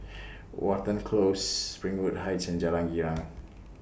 Watten Close Springwood Heights and Jalan Girang